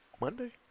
Monday